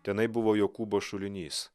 tenai buvo jokūbo šulinys